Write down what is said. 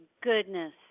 goodness